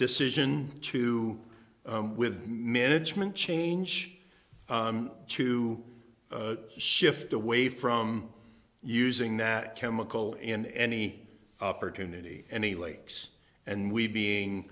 decision to with management change to shift away from using that chemical in any opportunity any lakes and we being